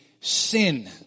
sin